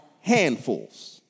handfuls